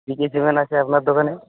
কি কি সিমেন্ট আছে আপনার দোকানে